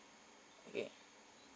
okay